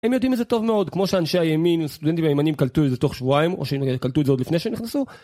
הם יודעים את זה טוב מאוד, כמו שאנשי הימין וסטודנטים ימניים קלטו את זה תוך שבועיים, או שקלטו את זה עוד לפני שנכנסו.